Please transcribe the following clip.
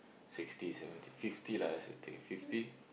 sixty seventy fifty lah let's say take fifty